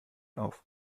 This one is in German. auf